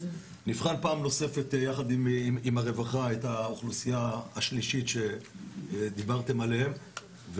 נבחן פעם נוספת יחד עם הרווחה את האוכלוסייה השלישית שדיברתן עליהן,